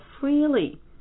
freely